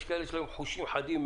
יש כאלה שיש להם חושים חדים,